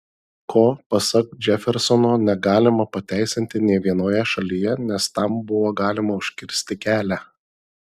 ko pasak džefersono negalima pateisinti nė vienoje šalyje nes tam buvo galima užkirsti kelią